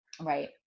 right